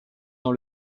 dans